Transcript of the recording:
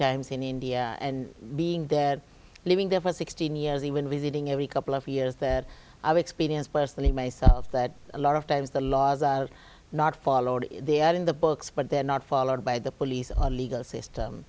times in india and being there living there for sixteen years even visiting every couple of years that i've experienced personally myself that a lot of times the laws are not followed they are in the books but they're not followed by the police or legal system